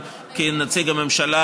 כנציג הממשלה,